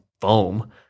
foam